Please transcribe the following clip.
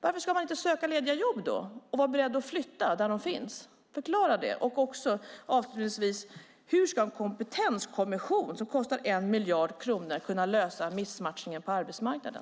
Varför ska man inte söka lediga jobb då och vara beredd att flytta dit där de finns? Förklara det! Avslutningsvis undrar jag hur en kompetenskommission som kostar 1 miljard kronor ska kunna lösa missmatchningen på arbetsmarknaden.